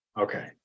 Okay